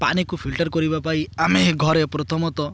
ପାଣିକୁ ଫିଲ୍ଟର୍ କରିବା ପାଇଁ ଆମେ ଘରେ ପ୍ରଥମତଃ